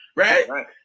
Right